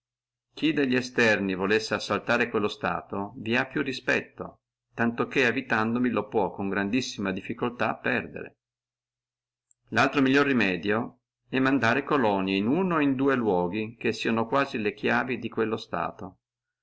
chi delli esterni volessi assaltare quello stato vi ha più respetto tanto che abitandovi lo può con grandissima difficultà perdere laltro migliore remedio è mandare colonie in uno o in duo luoghi che sieno quasi compedi di quello stato